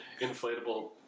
Inflatable